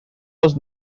was